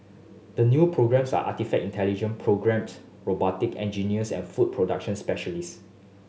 the new programmes are artifact intelligent programmers robotic engineers and food production specialist